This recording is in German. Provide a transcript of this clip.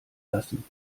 lassen